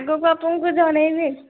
ଆଗକୁ ଆପଣକୁ ଜଣାଇବି